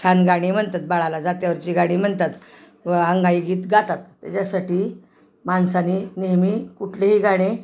छान गाणी म्हणतात बाळाला जात्यावरची गाणी म्हणतात व अंगाईगीत गातात त्याच्यासाठी माणसानी नेहमी कुठलेही गाणे